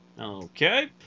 Okay